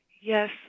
Yes